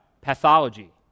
pathology